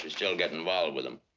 you still get involved with them.